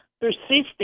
persisting